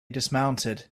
dismounted